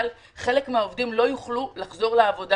אבל חלק מהעובדים לא יוכלו לחזור לעבודה